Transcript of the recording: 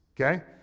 Okay